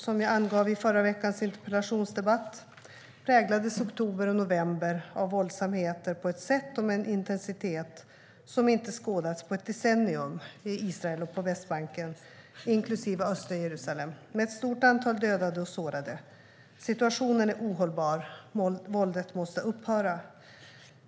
Som jag angav i förra veckans interpellationsdebatt präglades oktober och november av våldsamheter på ett sätt och med en intensitet som inte skådats på ett decennium i Israel och på Västbanken, inklusive östra Jerusalem, med ett stort antal dödade och sårade. Situationen är ohållbar. Våldet måste upphöra.